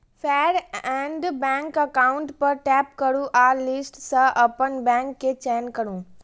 फेर add bank account पर tap करू आ लिस्ट सं अपन बैंक के चयन करू